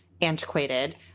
antiquated